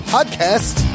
Podcast